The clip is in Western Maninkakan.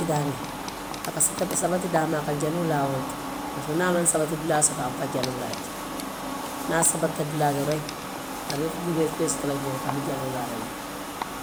A ka sabati daamiŋ, a ka sabati daamiŋ a ka jaloo laa wo le to, parisek niŋ a maŋ sabati dulaa soto a buka jaloo laa jee. Niŋasabati dulaa to rek a be liberite soto laa a be jaloo laa jee.